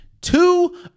Two